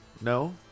no